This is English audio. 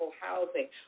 housing